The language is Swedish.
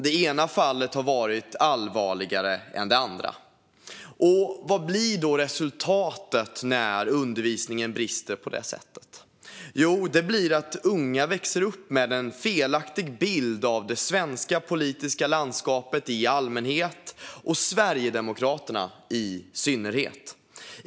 Det ena fallet har varit allvarligare än det andra. Vad blir resultatet när undervisningen brister på det sättet? Jo, det blir att unga växer upp med en felaktig bild av det svenska politiska landskapet i allmänhet och Sverigedemokraterna i synnerhet.